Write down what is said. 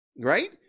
right